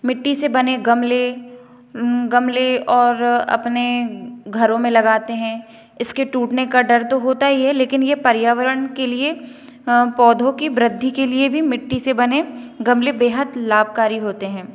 मिट्टी से बने गमले गमले और अपने घरों में लगाते हैं इसके टूटने का डर तो होता ही है लेकिन यह पर्यावरण के लिए पौधों की वृद्धि के लिए भी मिट्टी से बने गमले बेहद लाभकारी होते हैं